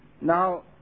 Now